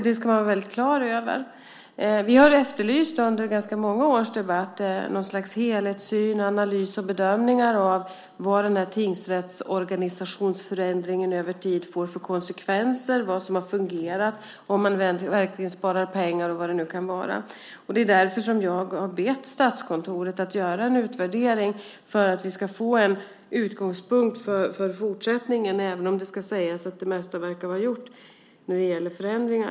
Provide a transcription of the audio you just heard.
Det ska man vara klar över. Vi har under ganska många års debatt efterlyst något slags helhetssyn, analys och bedömningar av vilka konsekvenser tingsrättsorganisationsförändringen får över tid, vad som har fungerat och om man verkligen sparar pengar och så vidare. Jag har bett Statskontoret att göra en utvärdering för att vi ska få en utgångspunkt för fortsättningen, även om det ska sägas att det mesta verkar vara gjort när det gäller förändringar.